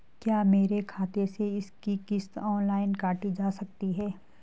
क्या मेरे बचत खाते से इसकी किश्त ऑनलाइन काटी जा सकती है?